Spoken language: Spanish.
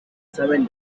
saben